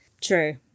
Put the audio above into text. True